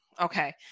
okay